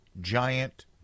giant